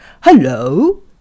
Hello